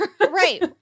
Right